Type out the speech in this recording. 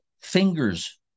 fingers